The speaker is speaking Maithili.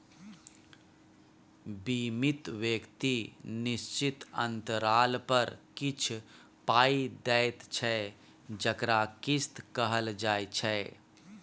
बीमित व्यक्ति निश्चित अंतराल पर किछ पाइ दैत छै जकरा किस्त कहल जाइ छै